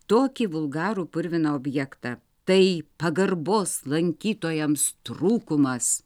tokį vulgarų purviną objektą tai pagarbos lankytojams trūkumas